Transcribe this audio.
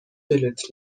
دلت